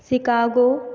Chicago